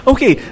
Okay